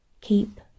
keep